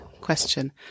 question